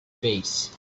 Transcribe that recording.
face